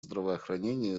здравоохранения